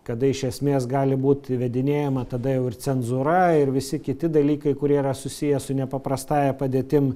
kada iš esmės gali būt įvedinėjama tada jau ir cenzūra ir visi kiti dalykai kurie yra susiję su nepaprastąja padėtim